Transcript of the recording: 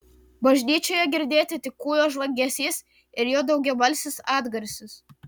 bažnyčioje girdėt tik kūjo žvangesys ir jo daugiabalsis atgarsis